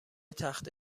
تخته